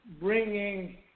bringing